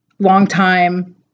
Longtime